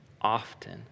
often